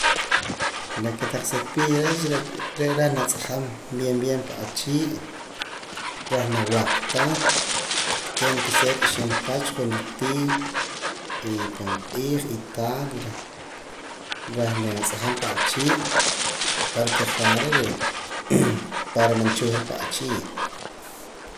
La kotaq cepillo re' reh natz'ajam bien bien pan achii' reh nawaqta tiene que ser ixib' pach joonera tii y pan q'iij y tarde reh natz'ajam pan achii' para que ja' re' man chuhra pan achii'